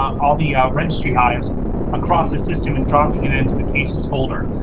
all the registry hives across the system and dropping it into the cases folder.